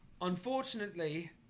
Unfortunately